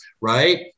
right